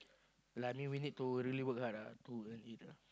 like I mean we need to really work hard ah to earn it ah